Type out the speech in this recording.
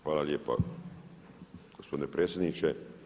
Hvala lijepa gospodine predsjedniče.